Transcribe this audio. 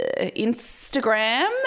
instagram